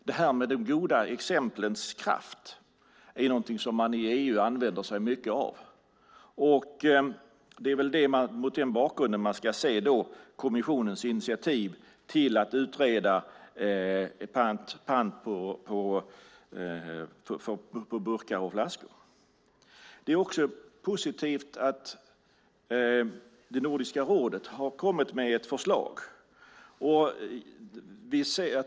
De goda exemplens kraft är något som man i EU använder sig mycket av. Det är mot den bakgrunden man ska se kommissionens initiativ att utreda pant på burkar och flaskor. Det är också positivt att Nordiska rådet har kommit med ett förslag.